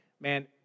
man